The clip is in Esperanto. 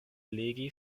legi